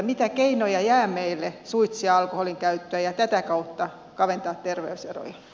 mitä keinoja jää meille suitsia alkoholin käyttöä ja tätä kautta kaventaa terveyseroja